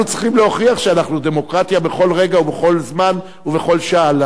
אנחנו צריכים להוכיח שאנחנו דמוקרטיה בכל רגע ובכל זמן ובכל שעה.